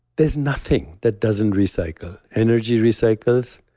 there's nothing that doesn't recycle. energy recycles,